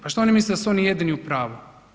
Pa što oni misle da su oni jedini u pravu?